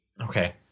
Okay